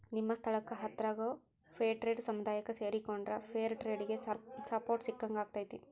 ನಿಮ್ಮ ಸ್ಥಳಕ್ಕ ಹತ್ರಾಗೋ ಫೇರ್ಟ್ರೇಡ್ ಸಮುದಾಯಕ್ಕ ಸೇರಿಕೊಂಡ್ರ ಫೇರ್ ಟ್ರೇಡಿಗೆ ಸಪೋರ್ಟ್ ಸಿಕ್ಕಂಗಾಕ್ಕೆತಿ